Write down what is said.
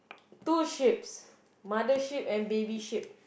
two sheep's mother sheep and baby sheep